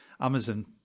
Amazon